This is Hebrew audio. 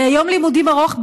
ליום לימודים ארוך,